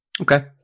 Okay